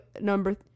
number